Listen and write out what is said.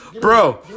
Bro